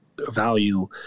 value